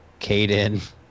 Caden